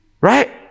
Right